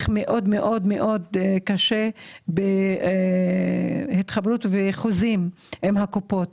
מאוד-מאוד קשה בהתחברות שלהם עם הקופות.